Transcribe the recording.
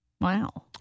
wow